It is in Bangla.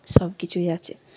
সব কিছুই আছে